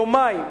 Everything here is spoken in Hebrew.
יומיים.